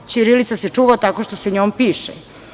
Ćirilica se čuva tako što se njom piše.